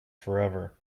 forever